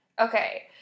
okay